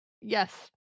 Yes